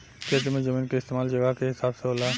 खेती मे जमीन के इस्तमाल जगह के हिसाब से होला